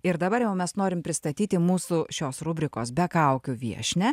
ir dabar jau mes norim pristatyti mūsų šios rubrikos be kaukių viešnią